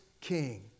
king